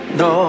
no